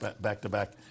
back-to-back